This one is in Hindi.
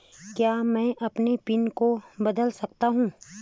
क्या मैं अपने पिन को बदल सकता हूँ?